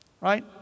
Right